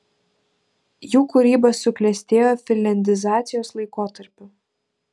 jų kūryba suklestėjo finliandizacijos laikotarpiu